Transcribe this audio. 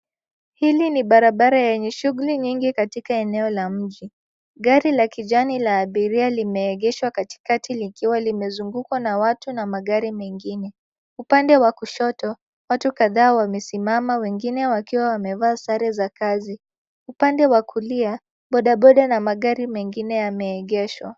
Hili ni barabara yenye shughuli nyingi katika eneo la mji. Gari la kijani la abiria limeegeshwa katikati likiwa limezungukwa na watu na magari mengine. Upande wa kushoto, watu kadhaa wamesimama wengine wakiwa wamevaa sare za kazi. Upande wa kulia, bodaboda na magari mengine yameegeshwa.